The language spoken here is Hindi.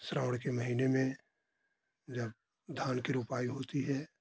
श्रावण के महीने में जब धान की रोपाई होती है